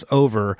over